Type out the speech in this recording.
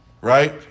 Right